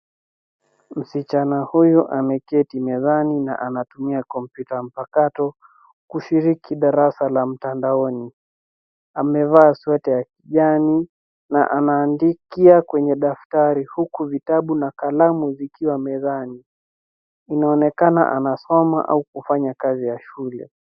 Msichana huyu ameketi mezani na anatumia kompyuta mpakato kushiriki darasa la mtandaoni. Amevaa sweta ya kijani na anaandikia kwenye daftari huku vitabu na kalamu zikiwa mezani. Inaonekana anasoma au kufanya kazi ya shule.